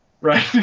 Right